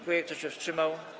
Kto się wstrzymał?